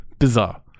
bizarre